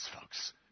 folks